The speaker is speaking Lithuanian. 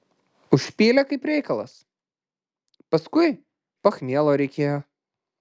užpylė kaip reikalas paskui pachmielo reikėjo